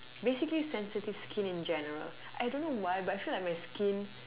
basically sensitive skin in general I don't know why but I feel like my skin